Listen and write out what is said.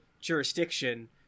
jurisdiction